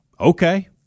Okay